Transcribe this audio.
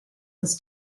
was